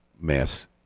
mass